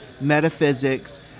metaphysics